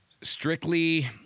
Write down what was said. strictly